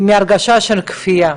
מתוך הרגשה של כפייה.